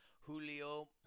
Julio